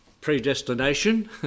predestination